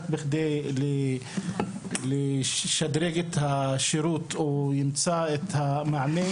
בכדי לשדרג את השירות או למצוא את המענה,